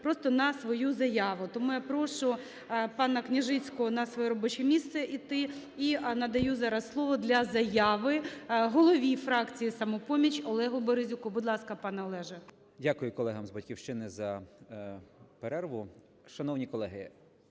просто на свою заяву. Тому я прошу пана Княжицького на своє робоче місце іти. І надаю зараз слово для заяви голові фракції "Самопоміч" Олегу Березюку. Будь ласка, пане Олеже. 13:57:57 БЕРЕЗЮК О.Р. Дякую колегами з "Батьківщини" за перерву. Шановні колеги,